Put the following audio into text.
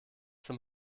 zum